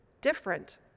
different